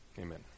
Amen